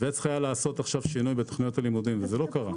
ועכשיו צריך לעשות שינוי בתכניות הלימודים וזה לא קרה.